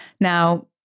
Now